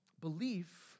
Belief